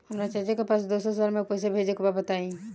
हमरा चाचा के पास दोसरा शहर में पईसा भेजे के बा बताई?